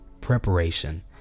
preparation